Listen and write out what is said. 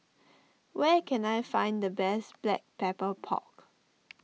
where can I find the best Black Pepper Pork